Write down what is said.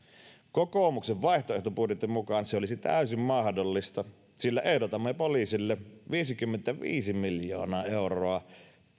kokoomuksen vaihtoehtobudjetin mukaan se olisi täysin mahdollista sillä ehdotamme poliisin määrärahoihin viisikymmentäviisi miljoonaa euroa